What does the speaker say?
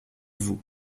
vous